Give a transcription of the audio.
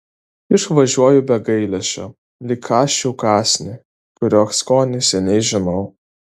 išvažiuoju be gailesčio lyg kąsčiau kąsnį kurio skonį seniai žinau